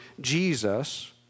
Jesus